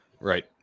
right